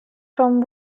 from